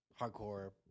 hardcore